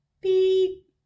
Beep